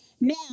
now